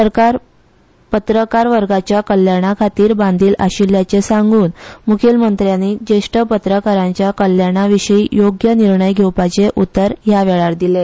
सरकार पत्रकांर वर्गाच्या कल्याणाखातीर बांदील आशिल्ल्याचे सांगून म्ख्यमंत्र्यानी ज्येश्ठ पत्रकारांच्या कल्याणा विशी योग्य निर्णय घेवपाचे उतर हया वेळार दिले